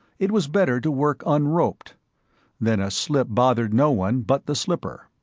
it was better to work unroped then a slip bothered no one but the slipper.